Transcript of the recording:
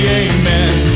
amen